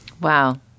Wow